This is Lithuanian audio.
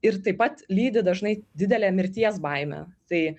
ir taip pat lydi dažnai didelė mirties baimė tai